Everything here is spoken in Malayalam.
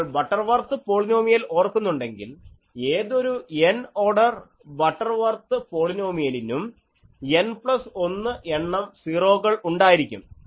നിങ്ങൾ ബട്ടർവർത്ത് പോളിനോമിയൽ ഓർക്കുന്നുണ്ടെങ്കിൽ ഏതൊരു n ഓർഡർ ബട്ടർവർത്ത് പോളിനോമിയലിന്നും n പ്ലസ് 1 എണ്ണം സീറോകൾ ഉണ്ടായിരിക്കും